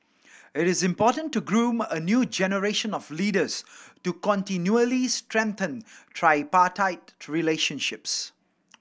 it is important to groom a new generation of leaders to continually strengthen tripartite relationships